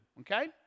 okay